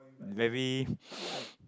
very